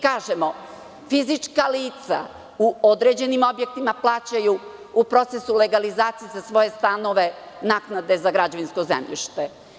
Kažemo – fizička lica u određenim objektima plaćaju u procesu legalizacije za svoje stanove naknade za građevinsko zemljište.